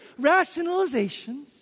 Rationalizations